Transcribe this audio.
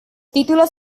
títulos